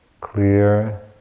Clear